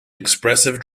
expressive